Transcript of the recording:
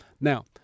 Now